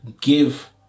give